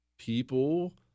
People